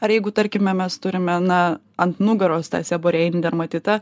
ar jeigu tarkime mes turime na ant nugaros tą seborėjinį dermatitą